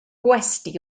gwesty